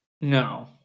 No